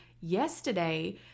yesterday